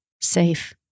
safe